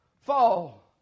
fall